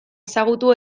ezagutu